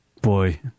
Boy